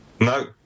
No